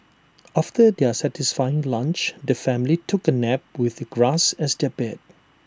after their satisfying lunch the family took A nap with grass as their bed